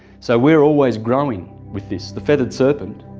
so we are always growing with this, the feathered serpent,